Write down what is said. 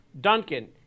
Duncan